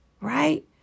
Right